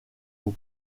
aux